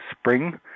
spring